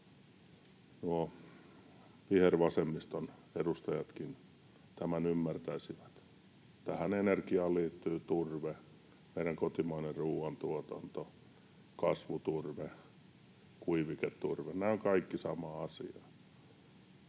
vihervasemmiston edustajatkin tämän ymmärtäisivät. Tähän energiaan liittyy turve, meidän kotimainen ruuantuotantomme, kasvuturve, kuiviketurve. Nämä ovat kaikki samaa asiaa.